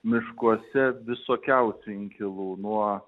miškuose visokiausių inkilų nuo